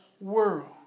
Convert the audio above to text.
world